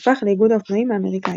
והפך לאיגוד האופנועים האמריקאי.